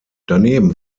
daneben